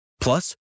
plus